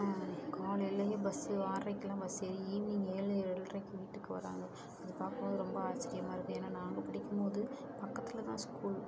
காலையிலேலயே bus ஆறரைக்குலாம் bus ஏறி evening ஏழு ஏழரைக்கி வீட்டுக்கு வராங்கள் அது பார்க்கும்போது ரொம்ப ஆச்சரியமா இருக்குது ஏன்னா நாங்கள் படிக்கும்போது பக்கத்தில் தான் ஸ்கூல்